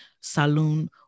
saloon